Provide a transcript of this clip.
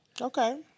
Okay